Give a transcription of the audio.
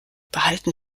behalten